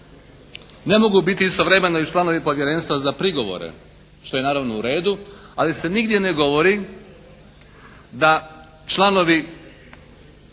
ne mogu biti istovremeno i članovi povjerenstva za prigovore što je naravno u redu. Ali se nigdje ne govori da članovi, da